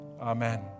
Amen